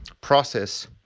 process